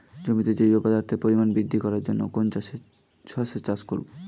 জমিতে জৈব পদার্থের পরিমাণ বৃদ্ধি করার জন্য কোন শস্যের চাষ করবো?